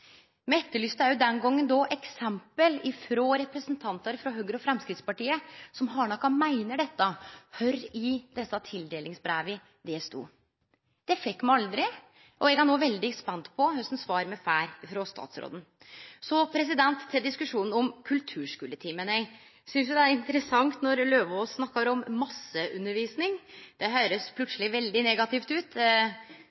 Me etterlyste òg den gongen eksempel frå representantar frå Høgre og Framstegspartiet, som hardnakka meinte dette, kvar i desse tildelingsbreva det stod. Det fekk me aldri, og eg er no veldig spent på kva for svar me får frå statsråden. Så til diskusjonen om kulturskuletimen. Eg synest det er interessant når Løvaas snakkar om masseundervisning – det høyrest